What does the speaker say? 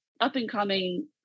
up-and-coming